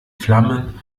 flammen